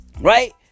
Right